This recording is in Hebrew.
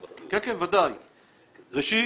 ראשית,